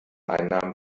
einnahmen